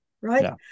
right